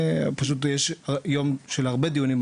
פשוט יש יום של הרבה דיונים,